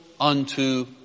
unto